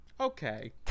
okay